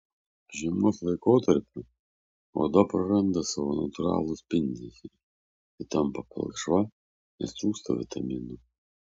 žiemos laikotarpiu oda praranda savo natūralų spindesį ji tampa pilkšva nes trūksta vitaminų